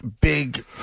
big